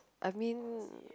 I mean